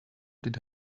did